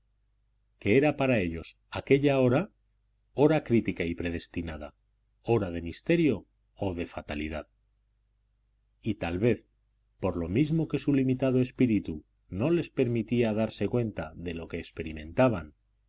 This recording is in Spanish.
que era para ellos aquella hora hora crítica y predestinada hora de misterio o de fatalidad y tal vez por lo mismo que su limitado espíritu no les permitía darse cuenta de lo que experimentaban